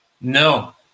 No